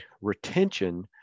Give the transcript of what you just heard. Retention